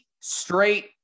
straight